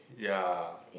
ya